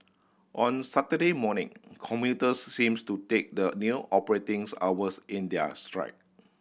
on Saturday morning commuters seems to take the new operating hours in their stride